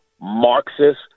Marxist